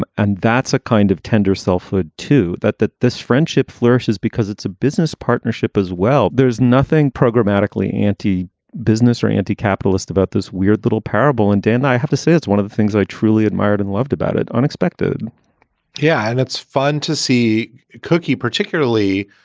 and that's a kind of tender selfhood, too, that that this friendship flourishes because it's a business partnership as well there's nothing programmatically anti business or anti-capitalist about this weird little parable. and dan, i have to say, it's one of the things i truly admired and loved about it. unexpected yeah. and it's fun to see cookie particularly.